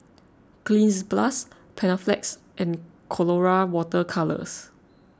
Cleanz Plus Panaflex and Colora Water Colours